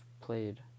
played